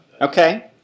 Okay